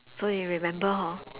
so you remember hor